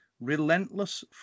Relentless